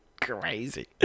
crazy